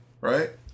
Right